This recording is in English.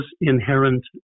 inherent